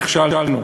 נכשלנו.